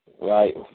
right